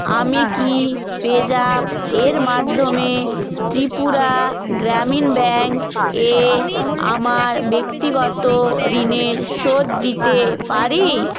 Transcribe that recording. আমি কি পেজ্যাপ এর মাধ্যমে ত্রিপুরা গ্রামীণ ব্যাংক এ আমার ব্যক্তিগত ঋণের শোধ দিতে পারি